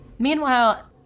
Meanwhile